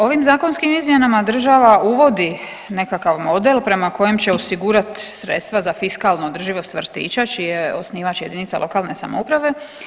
Ovim zakonskim izmjenama država uvodi nekakav model prema kojem će osigurati sredstva za fiskalnu održivost vrtića čiji je osnivač jedinica lokalne samouprave.